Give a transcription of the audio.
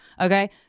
Okay